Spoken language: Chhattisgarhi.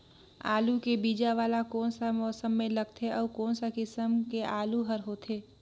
आलू के बीजा वाला कोन सा मौसम म लगथे अउ कोन सा किसम के आलू हर होथे?